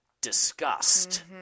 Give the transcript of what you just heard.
disgust